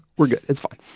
we're good, it's fine.